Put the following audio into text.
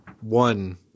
one